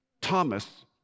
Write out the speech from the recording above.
Thomas